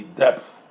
depth